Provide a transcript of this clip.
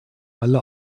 alle